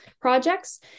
projects